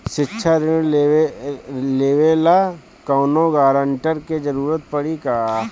शिक्षा ऋण लेवेला कौनों गारंटर के जरुरत पड़ी का?